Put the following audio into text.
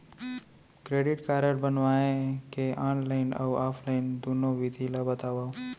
Credit card बनवाए के online अऊ ऑफलाइन दुनो विधि ला बतावव?